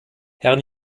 herrn